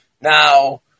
Now